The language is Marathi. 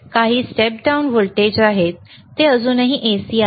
काही स्टेप डाउन व्होल्टेज आहेत जे अजूनही AC आहे